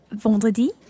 vendredi